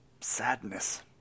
sadness